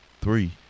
Three